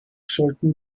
sollten